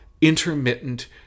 intermittent